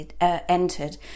entered